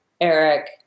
Eric